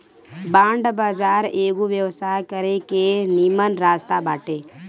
bond बाजार एगो व्यवसाय करे के निमन रास्ता बाटे